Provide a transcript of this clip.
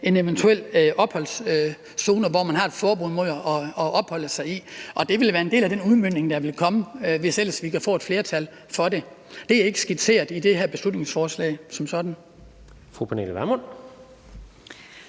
en eventuel opholdszone, hvor man har et forbud mod at opholde sig. Og det vil være en del af den udmøntning, der vil komme, hvis ellers vi kan få et flertal for det. Det er ikke som sådan skitseret i det her beslutningsforslag. Kl.